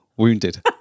wounded